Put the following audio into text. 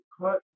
cut